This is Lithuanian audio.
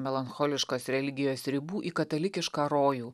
melancholiškos religijos ribų į katalikišką rojų